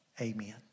Amen